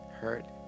hurt